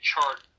chart